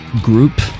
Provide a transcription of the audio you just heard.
group